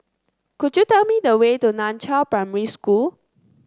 could you tell me the way to Nan Chiau Primary School